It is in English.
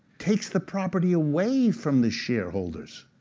takes the property away from the shareholders,